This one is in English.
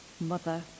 mother